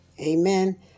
Amen